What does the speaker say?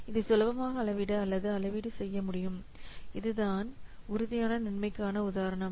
இதை சுலபமாக அளவிட அல்லது அளவீடு செய்ய முடியும் இதுதான் உறுதியான நன்மைக்கான உதாரணம்